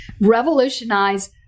revolutionize